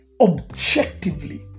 objectively